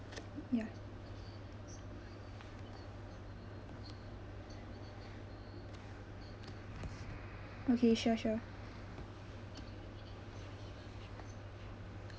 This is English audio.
ya okay sure sure